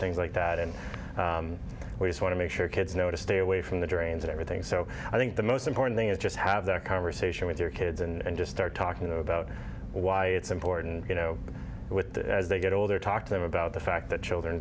things like that and we just want to make sure kids know to stay away from the drains and everything so i think the most important thing is just have that conversation with your kids and just start talking about why it's important you know with as they get older talk to them about the fact that children